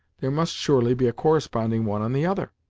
there must surely be a corresponding one on the other?